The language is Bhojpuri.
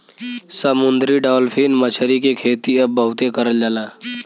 समुंदरी डालफिन मछरी के खेती अब बहुते करल जाला